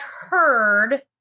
heard